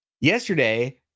yesterday